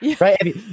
right